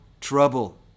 trouble